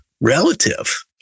relative